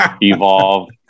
evolve